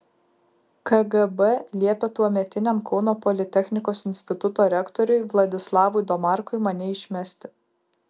kgb liepė tuometiniam kauno politechnikos instituto rektoriui vladislavui domarkui mane išmesti